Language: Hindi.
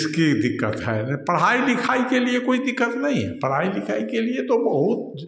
इसकी दिकक्त है पढ़ाई लिखाई के लिए कोई दिक्कत नहीं है पढ़ाई लिखाई के लिए तो बहुत